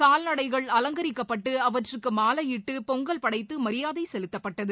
கால்நடைகள் அலங்கிக்கப்பட்டு அவற்றுக்கு மாலையிட்டு பொங்கல் படைத்து மியாதை செலுத்தப்பட்டது